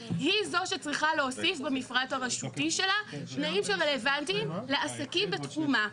היא זו שצריכה להוסיף במפרט הרשותי שלה תנאים שרלוונטיים לעסקים בתחומה.